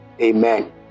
Amen